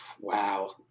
Wow